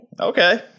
Okay